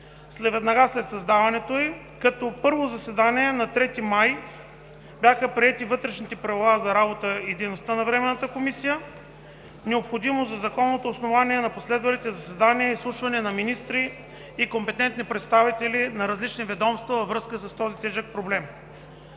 веднага след създаването й, като на първо заседание – на 3 май 2017 г., бяха приети Вътрешните правила за работа и дейността на Временната комисия, необходимост за законовите основания на последвалите заседания, изслушване на министри и компетентни представители на различни ведомства във връзка с този тежък проблем.